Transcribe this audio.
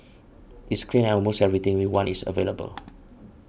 it's clean and almost everything we want is available